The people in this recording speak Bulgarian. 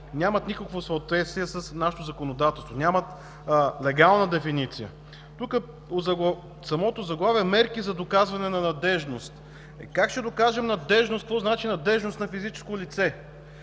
нямат никакво съответствие с нашето законодателство, нямат легална дефиниция. Самото заглавие „Мерки за доказване на надеждност” – как ще докаже надеждност? Какво значи надеждност на физическо лице?